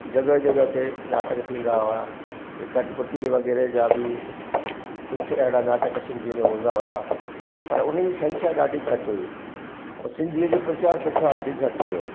जॻह जॻह ते नाटक थींदा हुआ जे कटपुतली वग़ैरह जा बि कुझु अहिड़ा नाटक सिंधी में हूंदा हुआ पर उन जी संख्या ॾाढी घटि हुई ऐं सिंधीअ जे प्रचार प्रसार बि घटि हुओ